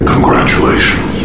Congratulations